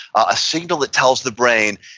a signal that tells the brain,